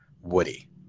Woody